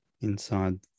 Inside